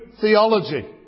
theology